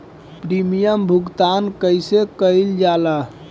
Premium भुगतान कइसे कइल जाला?